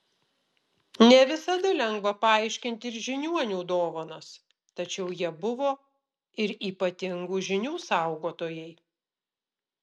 ne visada lengva paaiškinti ir žiniuonių dovanas tačiau jie buvo ir ypatingų žinių saugotojai